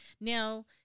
Now